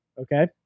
Okay